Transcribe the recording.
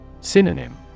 Synonym